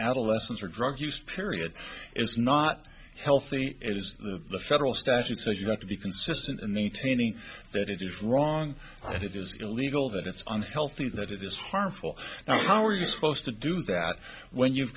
adolescents or drug use period is not healthy as the federal statute says you have to be consistent and they taney that it is wrong and it is illegal that it's unhealthy that it is harmful now how are you supposed to do that when you've